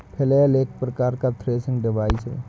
flail एक प्रकार का थ्रेसिंग डिवाइस है